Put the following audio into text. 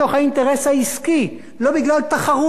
לא בגלל תחרות עם כלי תקשורת אחר.